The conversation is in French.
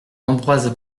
ambroise